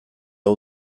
hau